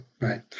right